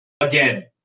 again